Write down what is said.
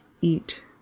eat